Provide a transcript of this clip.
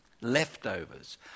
Leftovers